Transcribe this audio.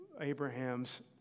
Abraham's